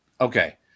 Okay